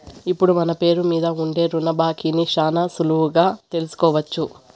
ఇప్పుడు మన పేరు మీద ఉండే రుణ బాకీని శానా సులువుగా తెలుసుకోవచ్చు